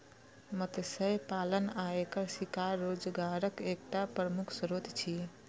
मत्स्य पालन आ एकर शिकार रोजगारक एकटा प्रमुख स्रोत छियै